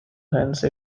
hence